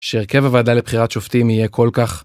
שהרכב הוועדה לבחירת שופטים יהיה כל כך.